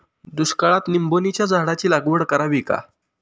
दुष्काळात निंबोणीच्या झाडाची लागवड करावी का?